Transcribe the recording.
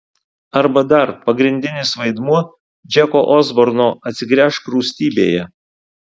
arba dar pagrindinis vaidmuo džeko osborno atsigręžk rūstybėje